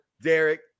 Derek